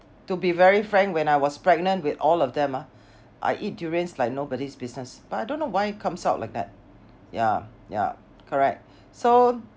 to be very frank when I was pregnant with all of them ah I eat durians like nobody's business but I don't know why comes out like that ya ya correct so